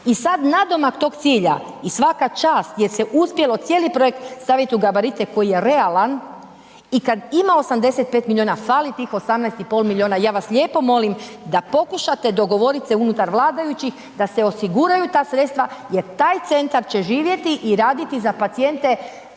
I sada nadomak tog cilja i svaka čast jer se uspjelo cijeli projekt staviti u gabarite koji je realan i kada ima 85 milijuna, fali tih 18,5 milijuna. Ja vas lijepo molim da pokušate dogovoriti se unutar vladajućih da se osiguraju ta sredstva jer taj centar će živjeti i raditi za pacijente